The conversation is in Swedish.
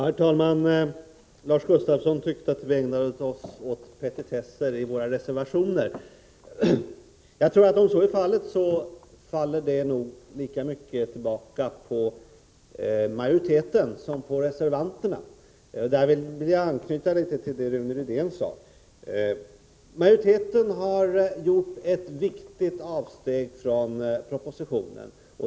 Herr talman! Lars Gustafsson tyckte att vi ägnade oss åt petitesser i våra reservationer. Om det är så faller det nog lika mycket tillbaka på majoriteten som på reservanterna. Jag anknyter då till vad Rune Rydén sade. Majoriteten har gjort ett viktigt avsteg från propositionen.